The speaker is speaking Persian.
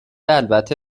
البته